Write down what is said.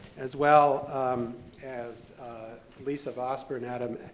as well as lisa vosper and adam